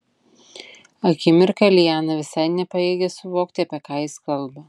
akimirką liana visai nepajėgė suvokti apie ką jis kalba